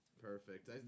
Perfect